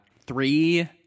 three